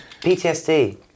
PTSD